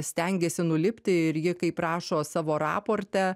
stengėsi nulipti ir ji kaip rašo savo raporte